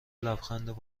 لبخند